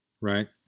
right